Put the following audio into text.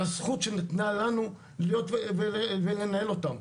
זו הזכות שניתנה לנו להיות ולנהל אותם,